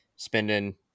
spending